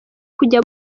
kujya